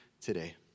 today